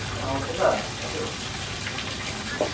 हुन्छ आउँछु ल दाजु हुन्छ